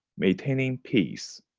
maintaining peace.